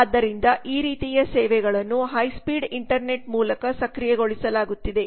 ಆದ್ದರಿಂದ ಈ ರೀತಿಯ ಸೇವೆಗಳನ್ನು ಹೈಸ್ಪೀಡ್ ಇಂಟರ್ನೆಟ್ ಮೂಲಕ ಸಕ್ರಿಯಗೊಳಿಸಲಾಗುತ್ತಿದೆ